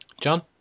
John